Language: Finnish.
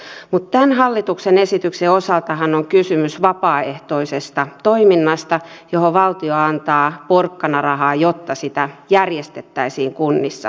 mutta tämän hallituksen esityksen osaltahan on kysymys vapaaehtoisesta toiminnasta johon valtio antaa porkkanarahaa jotta sitä järjestettäisiin kunnissa